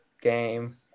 game